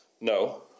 No